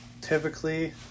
Typically